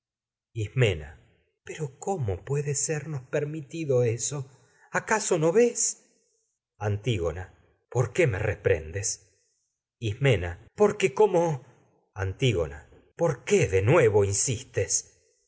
ismena pero puede permitido eso acaso no ves antígona ismena por qué me reprendes como porque antígona ismena por qué de nuevo insistes